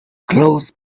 close